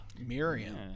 Miriam